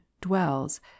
dwells